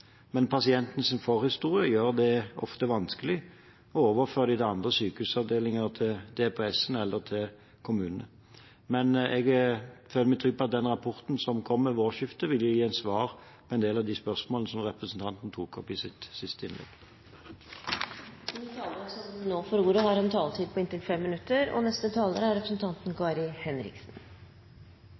men pasientenes forhistorie gjør det ofte vanskelig å overføre dem til andre sykehusavdelinger, til DPS-ene eller til kommunene. Jeg føler meg trygg på at den rapporten som kommer ved årsskiftet, vil gi svar på en del av de spørsmålene som representanten tok opp i sitt siste innlegg. Takk til representanten Tung, som tar opp et veldig viktig tema. Som representanten også sa, er det en liten gruppe, og det er lett å glemme dem som ikke er